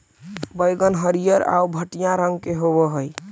बइगन हरियर आउ भँटईआ रंग के होब हई